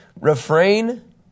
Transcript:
Refrain